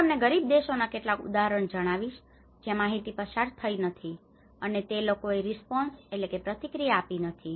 હું તમને ગરીબ દેશોના કેટલાક ઉદાહરણો જણાવીશ જ્યાં માહિતી પસાર થઈ નથી અને તે લોકોએ રિસ્પોન્સresponseપ્રતિક્રિયા આપ્યો નથી